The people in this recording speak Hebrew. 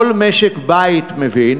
כל משק-בית מבין